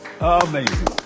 amazing